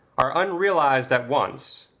are unrealized at once,